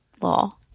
law